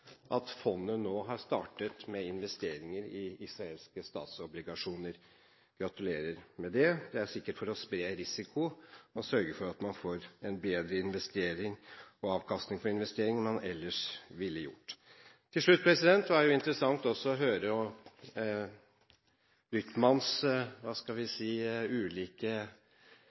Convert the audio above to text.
at fondet nå har startet med investeringer i israelske statsobligasjoner. Vi gratulerer med det. Det er sikkert for å spre risiko og sørge for at man får en bedre investering og avkastning for investeringen enn man ellers ville gjort. Til slutt: Det var også interessant å høre Rytmans – hva skal vi si – ulike